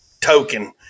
token